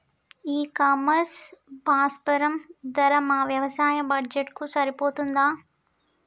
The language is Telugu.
ఈ ఇ కామర్స్ ప్లాట్ఫారం ధర మా వ్యవసాయ బడ్జెట్ కు సరిపోతుందా?